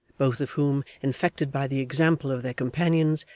both of whom, infected by the example of their companions,